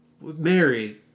Mary